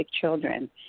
children